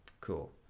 Cool